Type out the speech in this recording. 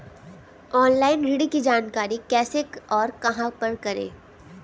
Online ऋण की जानकारी कैसे और कहां पर करें?